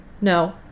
No